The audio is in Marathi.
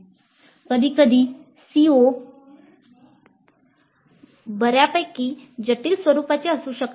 कधीकधी CO बर्यापैकी जटिल स्वरूपाचे असू शकतात